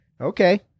okay